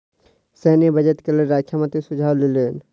सैन्य बजट के लेल रक्षा मंत्री सुझाव लेलैन